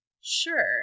Sure